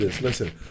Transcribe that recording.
Listen